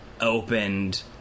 opened